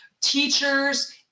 teachers